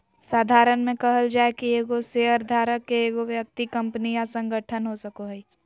साधारण में कहल जाय कि एगो शेयरधारक के एगो व्यक्ति कंपनी या संगठन हो सको हइ